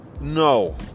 No